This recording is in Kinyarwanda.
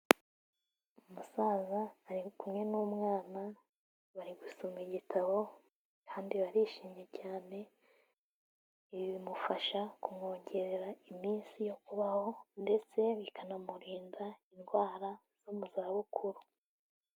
Umusaza ari kumwe n'umwana, bari gusoma igitabo kandi barishimye cyane, ibi bimufasha kumwongerera iminsi yo kubaho ndetse bikanamurinda indwara zo mu zabukuru.